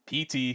PT